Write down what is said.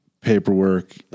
paperwork